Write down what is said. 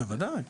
בוודאי.